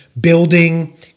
building